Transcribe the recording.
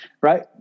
Right